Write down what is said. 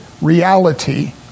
reality